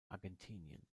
argentinien